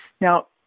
Now